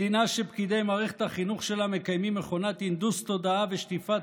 מדינה שפקידי מערכת החינוך שלה מקיימים מכונת הנדוס תודעה ושטיפת